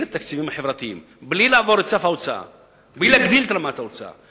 את התקציבים החברתיים בלי להגדיל את רמת ההוצאה.